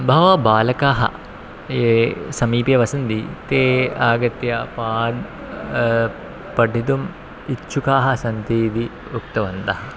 बहवः बालकाः ये समीपे वसन्ति ते आगत्य पा पठितुम् इच्छुकाः सन्ति इति उक्तवन्तः